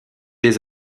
des